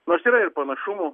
nors yra ir panašumų